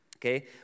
Okay